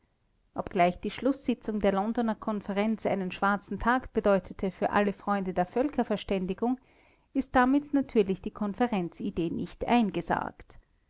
obgleich die schlußsitzung der londoner konferenz einen schwarzen tag bedeutete für alle freunde der völkerverständigung ist damit natürlich die konferenzidee nicht eingesargt